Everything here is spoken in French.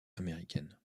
américaine